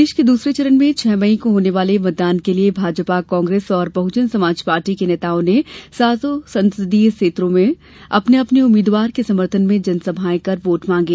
प्रदेश के दूसरे चरण के छह मई को होने वाले मतदान के लिये भाजपा कांग्रेस और बहुजन समाज पार्टी के नेताओं ने सातों संसदीय क्षेत्रों में अपने अपने उम्मीदवार के समर्थन में जनसभाएं कर वोट मांगे